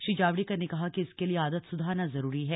श्री जावड़ेकर ने कहा कि इसके लिए आदत सुधारना जरूरी है